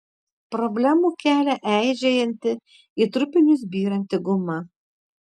problemų kelia eižėjanti į trupinius byranti guma